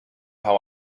how